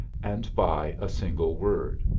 and by a single word.